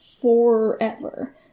forever